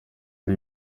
ari